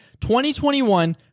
2021